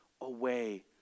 away